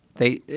they